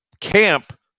camp